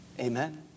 AMEN